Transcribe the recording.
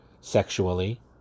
sexually